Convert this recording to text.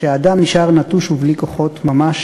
שאדם נשאר נטוש ובלי כוחות ממש